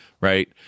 right